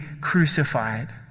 crucified